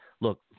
look